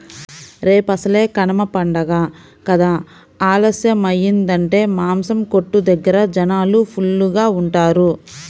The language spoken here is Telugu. రేపసలే కనమ పండగ కదా ఆలస్యమయ్యిందంటే మాసం కొట్టు దగ్గర జనాలు ఫుల్లుగా ఉంటారు